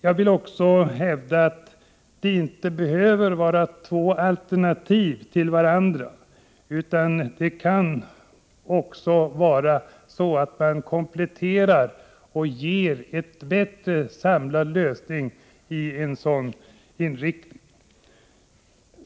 Jag vill också hävda att det inte behöver finnas två alternativ, utan man kan göra kompletteringar och skapa en bättre, samlad lösning.